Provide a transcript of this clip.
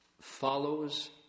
follows